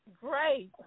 Great